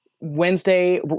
Wednesday